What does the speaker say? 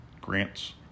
Grants